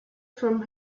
from